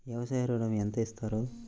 వ్యవసాయ ఋణం ఎంత ఇస్తారు?